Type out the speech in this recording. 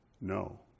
No